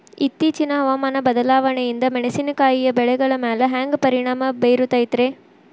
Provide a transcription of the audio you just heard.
ಇತ್ತೇಚಿನ ಹವಾಮಾನ ಬದಲಾವಣೆಯಿಂದ ಮೆಣಸಿನಕಾಯಿಯ ಬೆಳೆಗಳ ಮ್ಯಾಲೆ ಹ್ಯಾಂಗ ಪರಿಣಾಮ ಬೇರುತ್ತೈತರೇ?